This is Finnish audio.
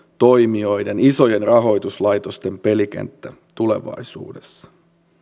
toimijoiden isojen rahoituslaitosten pelikenttä tulevaisuudessa